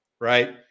right